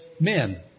men